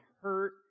hurt